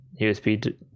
USB